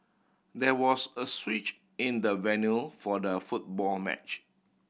there was a switch in the venue for the football match